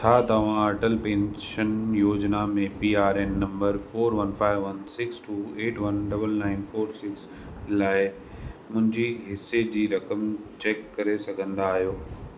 छा तव्हां अटल पेंशन योजना में P R N number four one five one six two eight one double nine four six लाइ मुंहिंजी हिसे जी रक़म चेक करे सघंदा आहियो